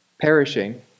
perishing